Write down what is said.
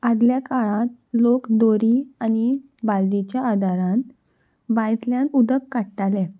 आदल्या काळांत लोक दोरी आनी बालदीच्या आदारान बायतल्यान उदक काडटाले